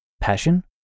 Passion